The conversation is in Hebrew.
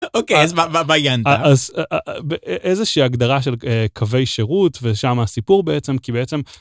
אוקיי - אז מה... מה העניין? - איזושהי הגדרה של קווי שירות, ושמה הסיפור בעצם, כי בעצם...